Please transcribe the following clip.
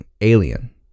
alien